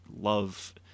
love